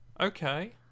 Okay